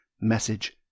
Message